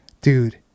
dude